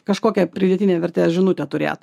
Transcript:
kažkokią pridėtinę vertę žinutę turėt